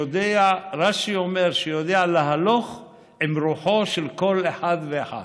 רש"י אומר: שיודע להלוך עם רוחו של כל אחד ואחד.